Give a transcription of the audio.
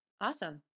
Awesome